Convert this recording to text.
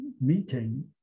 meeting